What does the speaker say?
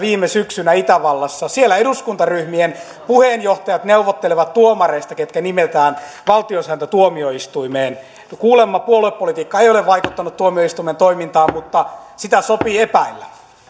itävallassa viime syksynä siellä eduskuntaryhmien puheenjohtajat neuvottelevat tuomareista ketkä nimetään valtiosääntötuomioistuimeen kuulemma puoluepolitiikka ei ole vaikuttanut tuomioistuimen toimintaan mutta sitä sopii epäillä